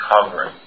covering